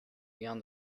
beyond